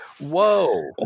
Whoa